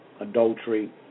adultery